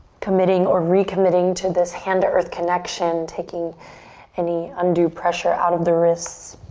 committing or recommitting to this hand to earth connection. taking any undue pressure out of the wrists.